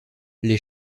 les